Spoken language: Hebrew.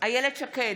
איילת שקד,